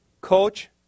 Coach